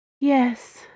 Yes